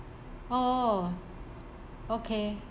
oh okay